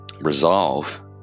resolve